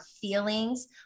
feelings